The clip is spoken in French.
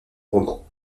roman